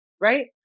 right